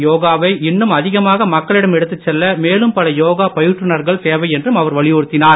யோகாவை இன்னும் அதிகமாக மக்களிடம் எடுத்துச் செல்ல மேலும் பல யோகா பயிற்றுனர்கள் தேவை என்றும் அவர் வலியுறுத்தினார்